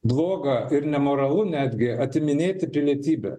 bloga ir nemoralu netgi atiminėti pilietybę